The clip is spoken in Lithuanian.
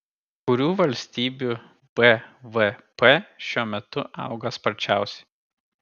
kurių valstybių bvp šiuo metu auga sparčiausiai